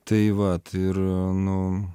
tai vat ir nu